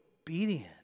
obedient